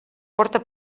porta